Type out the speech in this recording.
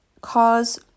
cause